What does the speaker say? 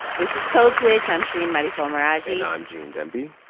this is code switch. i'm shereen marisol meraji and i'm gene demby.